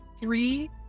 three